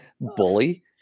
bully